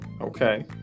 Okay